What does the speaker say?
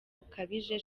bukabije